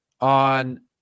on